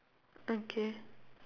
okay